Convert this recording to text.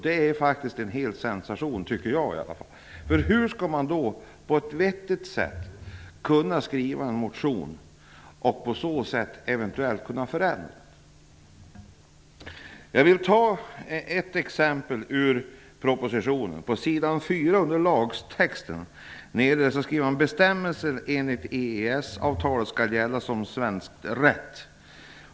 Det är faktiskt en sensation! Hur skall man då, på ett vettigt sätt, kunna skriva en motion och på så sätt eventuellt kunna förändra något? Jag vill ta ett exempel ur propositionen. På s. 4 under lagtexten står det: ''Bestämmelser enligt EES avtalet skall gälla som svensk rätt.''